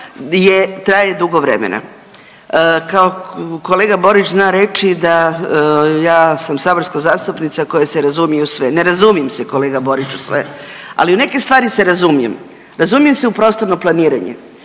traje dugo vremena. Kao kolega Borić zna reći da ja sam saborska zastupnica koja se razumije u sve, ne razumijem se, kolega Borić u sve, ali u neke stvari se razumijem. Razumijem se u prostorno planiranje.